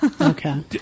Okay